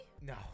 No